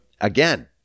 again